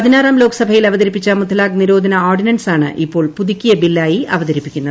പതിനാറാം ലോക്സഭയിൽ അവതരിപ്പിച്ച മുത്തലാഖ് നിരോധന ഓർഡിനൻസാണ് ഇപ്പോൾ പുതുക്കിയ ബില്ലായി അവതരിപ്പിക്കുന്നത്